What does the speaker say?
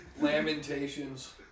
Lamentations